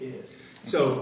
is so